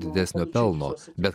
didesnio pelno bet